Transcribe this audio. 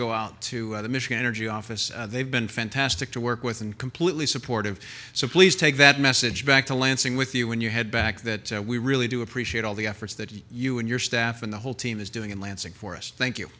go out to the mission energy office they've been fantastic to work with and completely supportive so please take that message back to lansing with you when you head back that we really do appreciate all the efforts that you and your staff and the whole team is doing in lansing for us thank you